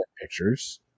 pictures